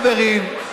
חברים,